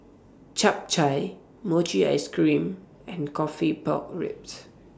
Chap Chai Mochi Ice Cream and Coffee Pork Ribs